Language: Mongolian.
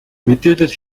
мэдээлэл